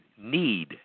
need